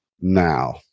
now